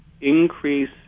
increase